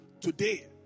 Today